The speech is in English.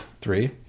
Three